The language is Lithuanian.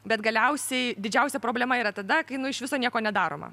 bet galiausiai didžiausia problema yra tada kai nu iš viso nieko nedaroma